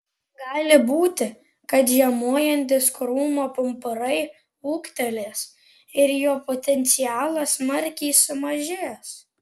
gali būti kad žiemojantys krūmo pumpurai ūgtelės ir jo potencialas smarkiai sumažės